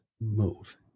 move